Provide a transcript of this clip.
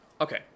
Okay